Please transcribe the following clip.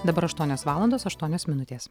dabar aštuonios valandos aštuonios minutės